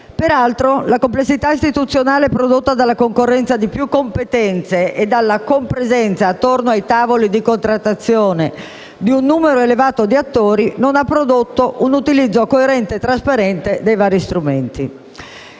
Peraltro, la complessità istituzionale prodotta dalla concorrenza di più competenze e dalla compresenza attorno ai tavoli di contrattazione di un numero elevato di attori, non ha prodotto un utilizzo coerente e trasparente dei vari strumenti.